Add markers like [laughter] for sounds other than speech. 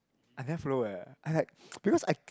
I never follow leh I like [noise] because I